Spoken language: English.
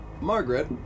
margaret